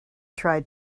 tried